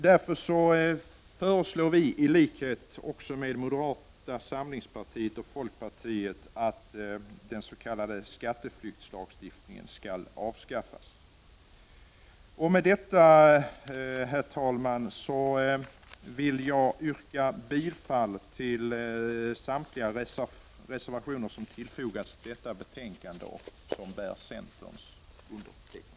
Därför vill vi, i likhet med moderata samlingspartiet och folkpartiet, att den s.k. skatteflyktslagstiftningen skall avskaffas. Med detta, herr talman, vill jag yrka bifall till samtliga reservationer som fogats till detta betänkande och som bär centerns underskrift.